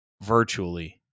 virtually